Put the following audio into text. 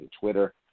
Twitter